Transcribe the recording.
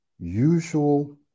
usual